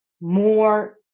more